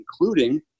including